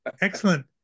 Excellent